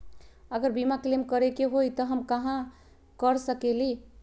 अगर बीमा क्लेम करे के होई त हम कहा कर सकेली?